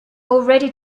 already